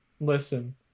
listen